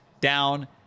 down